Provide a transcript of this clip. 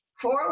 four